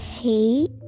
hate